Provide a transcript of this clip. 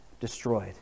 destroyed